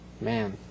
Man